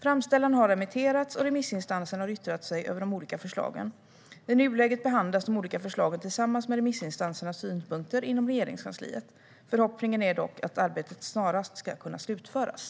Framställan har remitterats, och remissinstanserna har yttrat sig över de olika förslagen. I nuläget behandlas de olika förslagen tillsammans med remissinstansernas synpunkter inom Regeringskansliet. Förhoppningen är dock att arbetet snarast ska kunna slutföras.